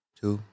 two